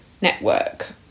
network